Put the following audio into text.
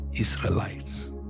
Israelites